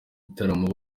gitaramo